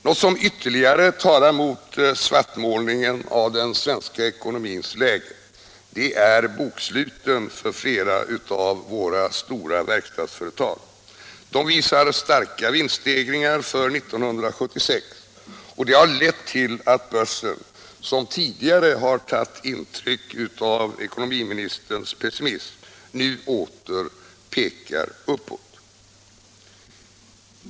Något som ytterligare talar mot svartmålningen av den svenska ekonomins läge är boksluten för flera av våra stora verkstadsföretag. De visar starka vinststegringar för 1976 och har lett till att börsen, som tidigare har tagit intryck av ekonomiministerns pessimism, nu åter pekar uppåt.